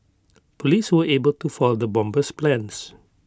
Police were able to foil the bomber's plans